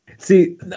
See